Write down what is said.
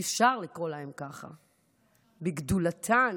אי-אפשר לקרוא להן ככה, בגדולתן,